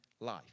life